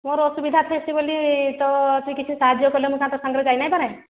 ମୋର ଅସୁବିଧା ଅଛି ବୋଲି ତ କିଛି ସାହାଯ୍ୟ କଲେ ତ ତାଙ୍କ ସାଙ୍ଗରେ ଯାଇନାଇଁପାରେ